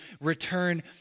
return